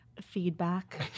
feedback